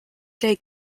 day